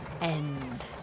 end